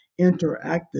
interactive